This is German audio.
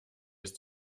ist